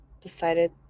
decided